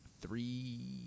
three